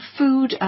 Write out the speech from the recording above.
food